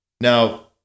Now